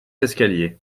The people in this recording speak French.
escalier